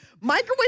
microwave